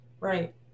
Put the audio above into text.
Right